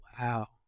wow